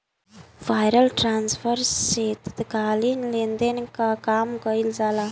wire transfer से तात्कालिक लेनदेन कअ काम कईल जाला